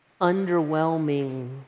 underwhelming